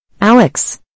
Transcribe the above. Alex